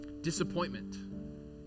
Disappointment